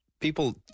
people